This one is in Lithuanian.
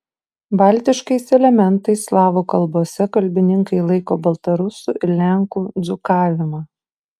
baltiškais elementais slavų kalbose kalbininkai laiko baltarusių ir lenkų dzūkavimą